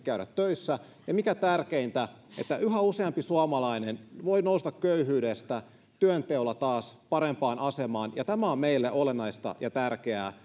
käydä töissä ja mikä tärkeintä että yhä useampi suomalainen voi nousta köyhyydestä työnteolla taas parempaan asemaan tämä on meille olennaista ja tärkeää